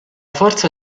forza